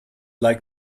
like